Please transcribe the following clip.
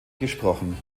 gesprochen